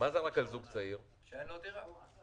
שאין לו דירה.